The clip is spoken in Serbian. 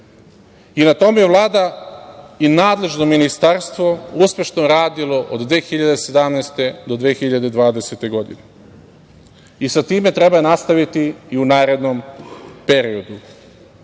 i na tome su Vlada i nadležno ministarstvo uspešno radili od 2017. do 2020. godine i sa time treba nastaviti i u narednom periodu,